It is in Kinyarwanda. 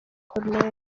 colonel